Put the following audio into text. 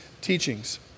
teachings